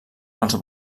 els